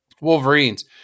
wolverines